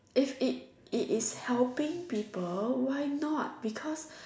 if it it is helping people why not because